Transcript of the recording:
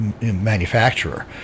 manufacturer